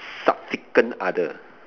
significant other